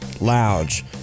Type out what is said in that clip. Lounge